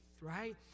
right